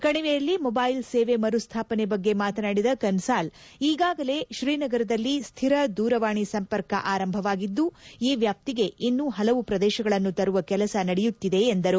ಕಣಿವೆಯಲ್ಲಿ ಮೊಬೈಲ್ ಸೇವೆ ಮರುಸ್ವಾಪನೆ ಬಗ್ಗೆ ಮಾತನಾಡಿದ ಕನ್ಲಾಲ್ ಈಗಾಗಲೇ ಶ್ರೀನಗರದಲ್ಲಿ ಸ್ವಿರ ದೂರವಾಣಿ ಸಂಪರ್ಕ ಆರಂಭವಾಗಿದ್ದು ಈ ವ್ಚಾಪ್ತಿಗೆ ಇನ್ನೂ ಹಲವು ಪ್ರದೇಶಗಳನ್ನು ತರುವ ಕೆಲಸ ನಡೆಯುತ್ತಿದೆ ಎಂದರು